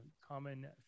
common